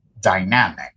dynamic